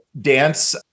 dance